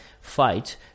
fight